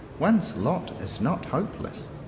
one's lot is not hopeless.